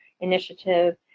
initiative